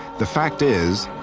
the fact is,